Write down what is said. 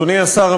אדוני השר,